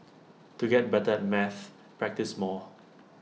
to get better at maths practise more